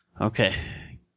Okay